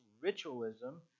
ritualism